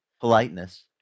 politeness